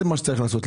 זה מה שצריך לעשות,